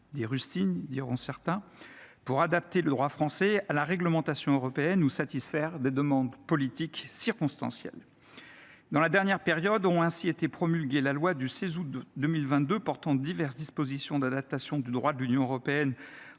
des rustines, diront certains –, pour adapter le droit français à la réglementation européenne ou satisfaire des demandes politiques circonstancielles. Dans la dernière période ont ainsi été promulguées la loi du 16 août 2022 portant diverses dispositions d’adaptation au droit de l’Union européenne